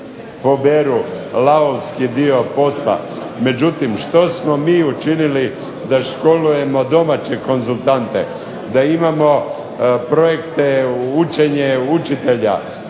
poberu lavovski dio posla. Međutim, što smo mi učinili da školujemo domaće konzultante, da imamo projekte učenje učitelja,